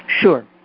Sure